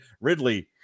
Ridley